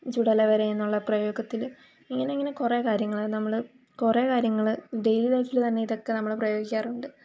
ചുടലവരേയെന്നുള്ള പ്രയോഗത്തിൽ ഇങ്ങനെയിങ്ങനെ കുറേ കാര്യങ്ങങ്ങൾ നമ്മൾ ഡെയിലി ലൈഫിൽ തന്നെ ഇതൊക്കെ നമ്മൾ പ്രയോഗിക്കാറുണ്ട്